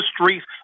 streets